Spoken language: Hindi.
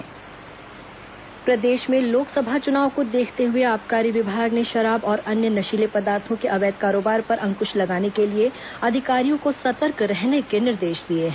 लोस चुनाव आबकारी प्रदेश में लोकसभा चुनाव को देखते हुए आबकारी विभाग ने शराब और अन्य नशीले पदार्थों के अवैध कारोबार पर अंक्श लगाने के लिए अधिकारियों को सतर्क रहने के निर्देश दिए हैं